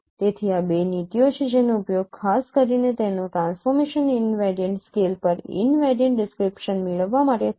તેથી આ બે નીતિઓ છે જેનો ઉપયોગ ખાસ કરીને તેનો ટ્રાન્સફોર્મેશન ઈનવેરિયન્ટ સ્કેલ પર ઈનવેરિયન્ટ ડિસ્ક્રિપ્શન મેળવવા માટે થાય છે